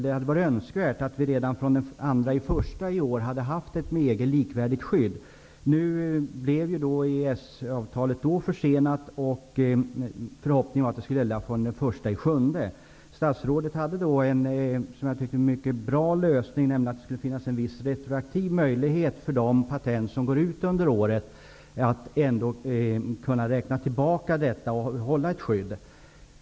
Det hade varit önskvärt att vi redan från den 1 januari i år hade haft ett med EG likvärdigt skydd. Nu blev EES-avtalet försenat. Förhoppningen var att det skulle gälla från den 1 juli. Statsrådet hade en mycket bra lösning, nämligen att det skulle finnas en möjlighet att retroaktivt förlänga de patent som går ut under året, dvs. att kunna räkna tillbaka och behålla ett skydd.